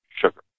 sugar